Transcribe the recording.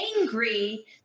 angry